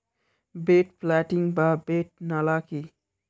Bed planting বা bed নালা কি?